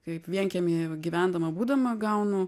kaip vienkiemyje gyvendama būdama gaunu